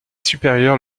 supérieurs